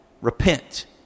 Repent